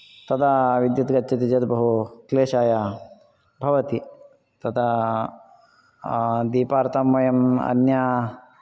तदा विद्युत् गच्छति चेत् बहु क्लेशाय भवति तथा दीपार्थं वयम् अन्य